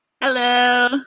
Hello